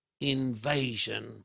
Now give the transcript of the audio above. invasion